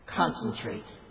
Concentrate